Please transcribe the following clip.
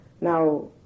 Now